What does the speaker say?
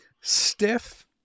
Stiff